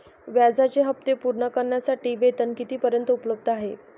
व्याजाचे हप्ते पूर्ण करण्यासाठी वेतन किती पर्यंत उपलब्ध आहे?